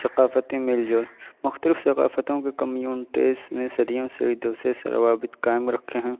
ثقافتی میل جول مختلف ثقافتوں کے کمیونٹیز میں صدیوں سے ایک دوسرے سے روابط قائم رکھے ہیں